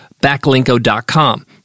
backlinko.com